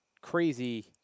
Crazy